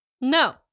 No